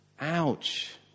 Ouch